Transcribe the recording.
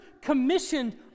commissioned